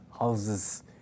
houses